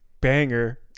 Banger